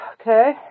Okay